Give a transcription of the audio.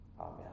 Amen